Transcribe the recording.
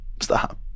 Stop